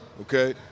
okay